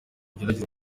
ugerageze